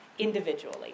individually